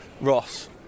Ross